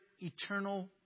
eternal